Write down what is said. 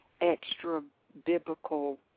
extra-biblical